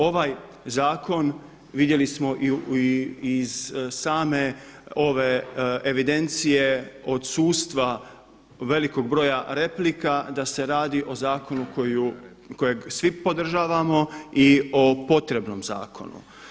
Ovaj zakon vidjeli smo i iz same ove evidencije odsustva velikog broja replika da se radi o zakonu kojeg svi podržavamo i o potrebnom zakonu.